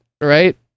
right